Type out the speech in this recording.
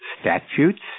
statutes